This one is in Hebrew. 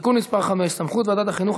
(תיקון מס' 5) (סמכות ועדת החינוך,